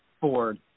Ford